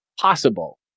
possible